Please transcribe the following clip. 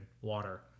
water